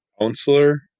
counselor